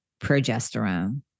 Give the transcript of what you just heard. progesterone